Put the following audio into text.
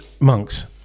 Monks